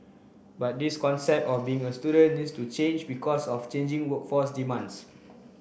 but this concept of being a student needs to change because of changing workforce demands